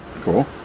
cool